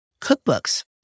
cookbooks